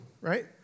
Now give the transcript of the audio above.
right